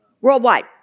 worldwide